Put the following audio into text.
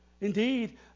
Indeed